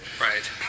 Right